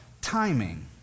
timing